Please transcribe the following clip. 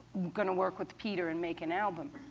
going to work with peter and make an album.